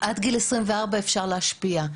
עד גיל 24 אפשר להשפיע.